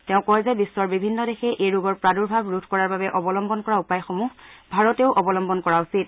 তেওঁ কয় যে বিশ্বৰ বিভিন্ন দেশে এই ৰোগৰ প্ৰাদূৰ্ভাৱ ৰোধ কৰাৰ বাবে অৱলম্বন কৰা উপায়সমূহ ভাৰতেও অৱলম্বন কৰা উচিত